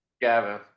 Gavin